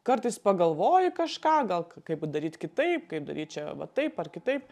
kartais pagalvoji kažką gal kaip daryt kitaip kaip daryt čia va taip ar kitaip